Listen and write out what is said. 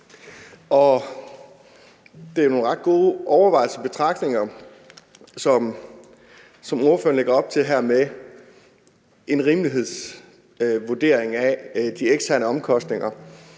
Det er jo nogle ret gode overvejelser og betragtninger, som spørgeren lægger op til her, om en rimelighedsvurdering af de eksterne omkostninger.